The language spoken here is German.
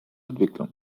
entwicklung